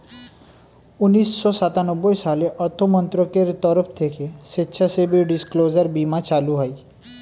উন্নিশো সাতানব্বই সালে অর্থমন্ত্রকের তরফ থেকে স্বেচ্ছাসেবী ডিসক্লোজার বীমা চালু হয়